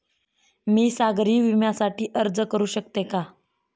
मी सागरी विम्यासाठी अर्ज करू शकते का?